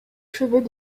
cheveux